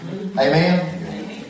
Amen